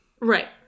right